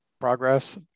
progress